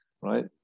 right